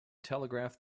telegraph